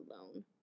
alone